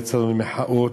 יצאנו למחאות.